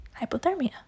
hypothermia